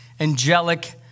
angelic